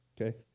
Okay